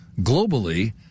Globally